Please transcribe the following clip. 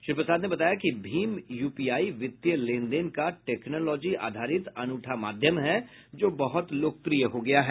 श्री प्रसाद ने बताया कि भीम यूपीआई वित्तीय लेन देन का टेक्नोलॉजी आधारित अनूठा माध्यम है जो बहुत लोकप्रिय हो गया है